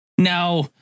Now